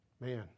man